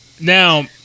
Now